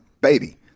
baby